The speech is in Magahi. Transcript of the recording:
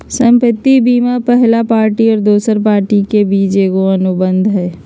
संपत्ति बीमा पहला पार्टी और दोसर पार्टी के बीच एगो अनुबंध हइ